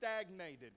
stagnated